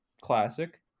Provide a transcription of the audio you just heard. Classic